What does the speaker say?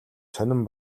сонин